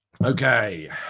Okay